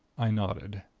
i nodded.